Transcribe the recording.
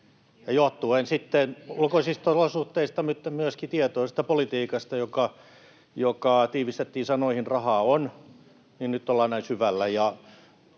sitten ulkoisista olosuhteista mutta myöskin tietoisesta politiikasta — joka tiivistettiin sanoihin ”rahaa on” — nyt ollaan näin syvällä.